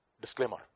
Disclaimer